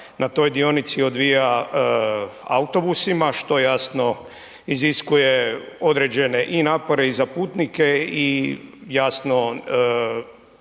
na toj dionici odvija autobusima što jasno iziskuje određene i napore i za putnike i jasno